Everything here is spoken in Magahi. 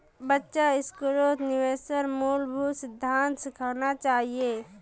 बच्चा स्कूलत निवेशेर मूलभूत सिद्धांत सिखाना चाहिए